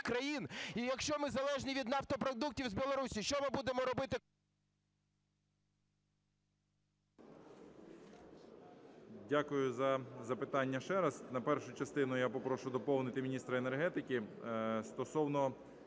Дякую за запитання ще раз. На першу частину я попрошу доповнити міністра енергетики. Стосовно